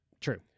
true